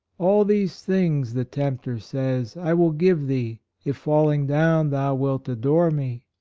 all these things, the tempter said, i will give thee, if falling down thou wilt adore me.